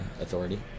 authority